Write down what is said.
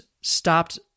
stopped